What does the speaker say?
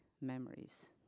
memories